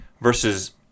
versus –